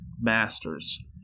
masters